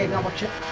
much it